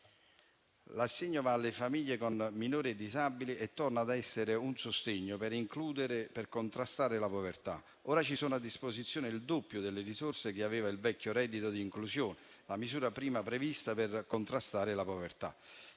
L'assegno va alle famiglie con minori disabili e torna ad essere un sostegno per includere e per contrastare la povertà. Ora ci sono a disposizione il doppio delle risorse che aveva il vecchio reddito di inclusione, la misura prima prevista per contrastare la povertà.